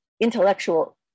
intellectual